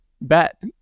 bet